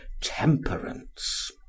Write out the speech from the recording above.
temperance